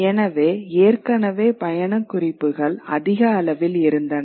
எனவே ஏற்கனவே பயணக் குறிப்புகள் அதிக அளவில் இருந்தன